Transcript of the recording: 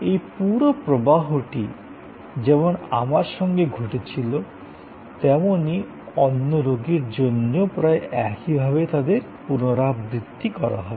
এই পুরো প্রবাহটি যেমন আমার সঙ্গে ঘটেছিল তেমনই অন্য রোগীর জন্যও প্রায় একইভাবে তাদের পুনরাবৃত্তি করা হবে